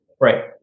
Right